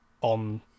on